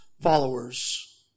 followers